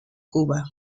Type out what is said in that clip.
cuba